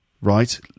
right